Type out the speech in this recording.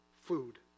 food